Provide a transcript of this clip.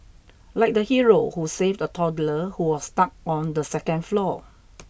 like the hero who saved a toddler who was stuck on the second floor